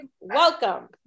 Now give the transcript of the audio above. welcome